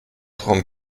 trente